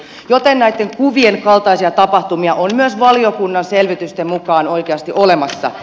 eli näitten kuvien kaltaisia tapahtumia on myös valiokunnan selvitysten mukaan oikeasti olemassa